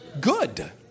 Good